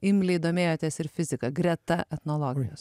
imliai domėjotės ir fizika greta etnologijos